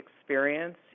experience